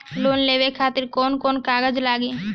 Loan लेवे खातिर कौन कौन कागज लागी?